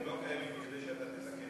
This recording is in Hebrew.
הם לא קיימים כדי שאתה, אותם.